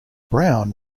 brown